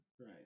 right